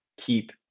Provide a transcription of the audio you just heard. keep